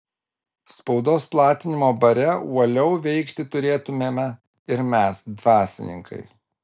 spaudos platinimo bare uoliau veikti turėtumėme ir mes dvasininkai